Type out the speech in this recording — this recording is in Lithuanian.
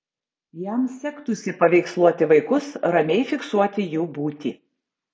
jam sektųsi paveiksluoti vaikus ramiai fiksuoti jų būtį